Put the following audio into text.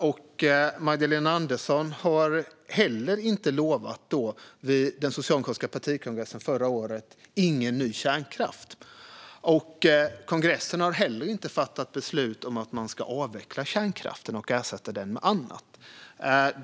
Och Magdalena Andersson lovade heller inte, vid den socialdemokratiska partikongressen förra året, att det inte skulle bli någon ny kärnkraft, och kongressen fattade inte något beslut om att avveckla kärnkraften och ersätta den med annat.